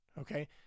Okay